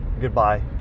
Goodbye